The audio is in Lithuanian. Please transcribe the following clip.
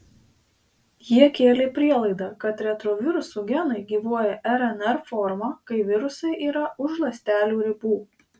jie kėlė prielaidą kad retrovirusų genai gyvuoja rnr forma kai virusai yra už ląstelių ribų